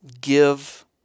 give